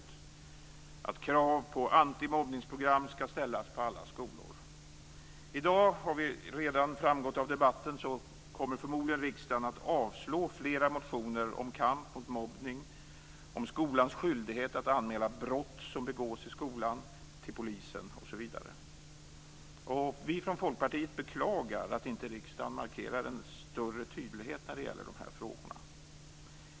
Det skall ställas krav på antimobbningsprogram på alla skolor. Det har redan framgått av debatten i dag att riksdagen förmodligen kommer att avslå flera motioner om kamp mot mobbning, om skolans skyldighet att anmäla brott som begås i skolan till polisen osv. Vi från Folkpartiet beklagar att inte riksdagen markerar en större tydlighet när det gäller de här frågorna.